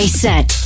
set